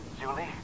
Julie